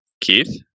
Keith